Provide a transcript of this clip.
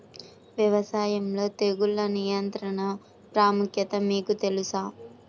వ్యవసాయంలో తెగుళ్ల నియంత్రణ ప్రాముఖ్యత మీకు తెలుసా?